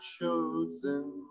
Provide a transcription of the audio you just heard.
chosen